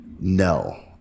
No